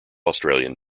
australian